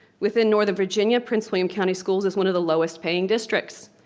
within northern virginia, prince william county schools is one of the lowest paying districts.